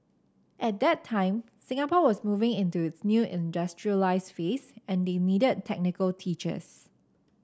at that time Singapore was moving into its new industrialised phase and they needed technical teachers